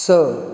स